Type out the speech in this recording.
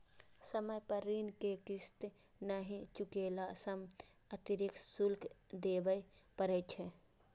समय पर ऋण के किस्त नहि चुकेला सं अतिरिक्त शुल्क देबय पड़ै छै